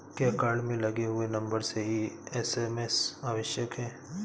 क्या कार्ड में लगे हुए नंबर से ही एस.एम.एस आवश्यक है?